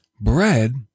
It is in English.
Bread